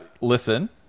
Listen